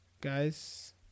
Guys